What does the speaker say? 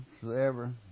forever